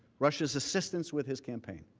russia's assistance with his campaign